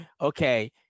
Okay